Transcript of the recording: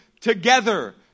together